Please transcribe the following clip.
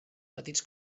petits